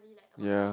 ya